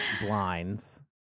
blinds